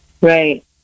Right